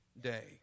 day